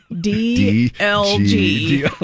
D-L-G